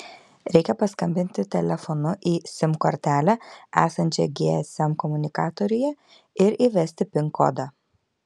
reikia paskambinti telefonu į sim kortelę esančią gsm komunikatoriuje ir įvesti pin kodą